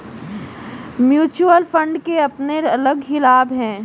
mutual fund के अपने अलग ही लाभ हैं